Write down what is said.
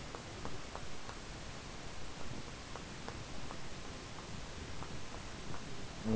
mm